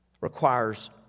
requires